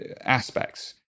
aspects